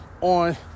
on